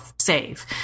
save